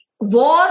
war